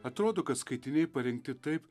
atrodo kad skaitiniai parengti taip